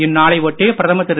இந்நாளை ஒட்டி பிரதமர் திரு